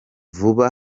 vuba